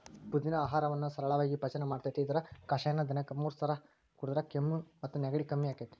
ಪುದಿನಾ ಆಹಾರವನ್ನ ಸರಳಾಗಿ ಪಚನ ಮಾಡ್ತೆತಿ, ಇದರ ಕಷಾಯನ ದಿನಕ್ಕ ಮೂರಸ ಕುಡದ್ರ ಕೆಮ್ಮು ಮತ್ತು ನೆಗಡಿ ಕಡಿಮಿ ಆಕ್ಕೆತಿ